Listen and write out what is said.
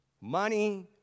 money